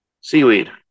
Seaweed